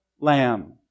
lamb